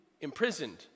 imprisoned